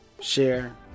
share